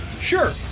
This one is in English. sure